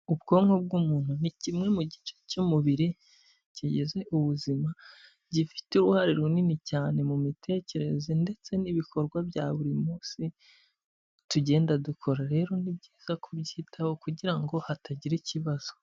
Ubwonko bw'umuntu ni kimwe mu gice cy'umubiri kigize ubuzima gifite uruhare runini cyane mu mitekerereze ndetse n'ibikorwa bya buri munsi tugenda dukora, rero ni byiza kubyitaho kugira ngo hatagira ikibazo.